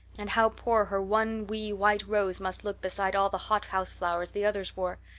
and how poor her one wee white rose must look beside all the hothouse flowers the others wore!